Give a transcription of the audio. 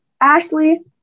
Ashley